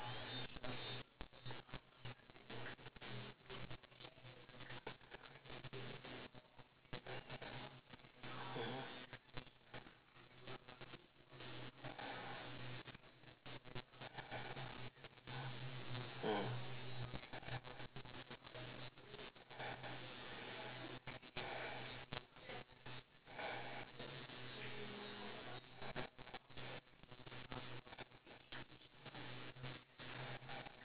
mm mm